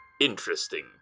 interesting